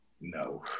No